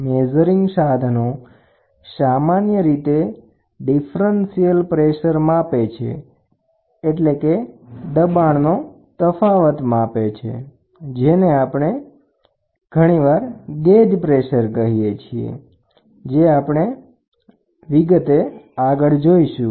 માપવાના સાધનો સામાન્ય રીતે ડિફર્નસીયલ દબાણ માપે છે ઉદાહરણ તરીકે ગેજ પ્રેસર જે આપણે આગળ જોઈશું